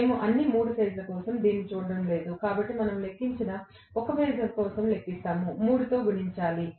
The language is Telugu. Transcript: మేము అన్ని 3 ఫేజ్ల కోసం దీనిని చూడటం లేదు కాబట్టి మనం లెక్కించినా 1 ఫేజ్ కోసం లెక్కిస్తాము 3 తో గుణించాలి